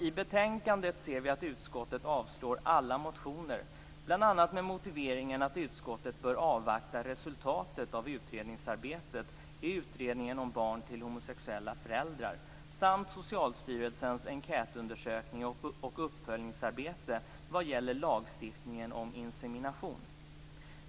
I betänkandet ser vi att utskottet avslår alla motioner, bl.a. med motiveringen att utskottet bör avvakta resultatet av arbetet i utredningen om barn till homosexuella föräldrar samt Socialstyrelsens enkätundersökning och uppföljningsarbete vad gäller lagstiftningen om insemination.